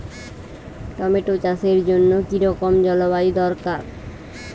Tomato চাষের জন্য কি রকম জলবায়ু দরকার?